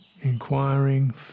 inquiring